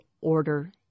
Order